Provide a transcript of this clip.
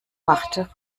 machte